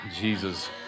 Jesus